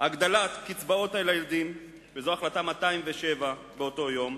הגדלת קצבאות ילדים, וזו החלטה 207 באותו יום,